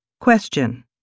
Question